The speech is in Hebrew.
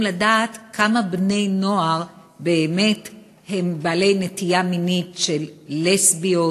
לדעת כמה בני-נוער באמת בעלי נטייה מינית של לסביות,